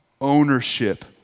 ownership